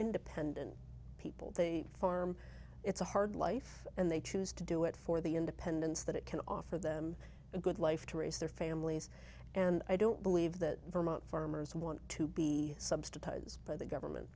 independent people they farm it's a hard life and they choose to do it for the independence that it can offer them a good life to raise their families and i don't believe that vermont farmers want to be substituted by the government